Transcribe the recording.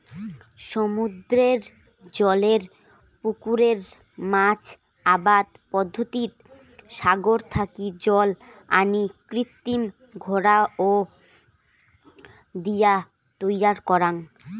সমুদ্রের জলের পুকুরে মাছ আবাদ পদ্ধতিত সাগর থাকি জল আনি কৃত্রিম ঘেরাও দিয়া তৈয়ার করাং